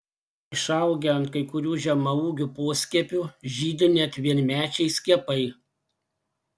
išaugę ant kai kurių žemaūgių poskiepių žydi net vienmečiai skiepai